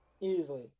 Easily